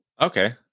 okay